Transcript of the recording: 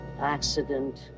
accident